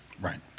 Right